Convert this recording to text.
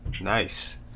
nice